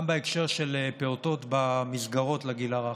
גם בהקשר של פעוטות במסגרות לגיל הרך.